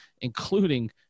including